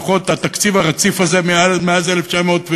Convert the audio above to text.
שהתקציב הרציף הזה הוא לפחות מאז 2009,